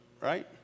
right